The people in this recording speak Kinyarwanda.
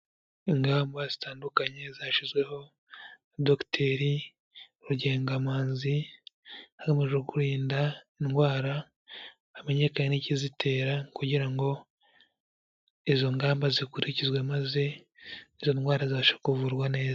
Ingamba zitandukanye zashyizweho na docteur Rugengamanzi hagamijwe kurinda indwara hamenyekane n'ikizitera kugira ngo izo ngamba zikurikizwe maze izo ndwara zibashe kuvurwa neza.